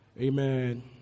Amen